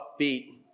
upbeat